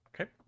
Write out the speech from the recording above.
okay